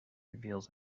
reveals